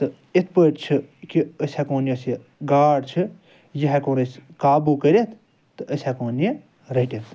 تہٕ اِتھ پٲٹھۍ چھِ کہ أسۍ ہیٚکون یوٚس یہِ گاڈ چھِ یہِ ہیٚکون أسۍ قابو کٔرِتھ تہٕ أسۍ ہیٚکون یہِ رٔٹِتھ